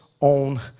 own